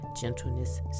gentleness